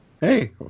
Hey